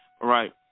right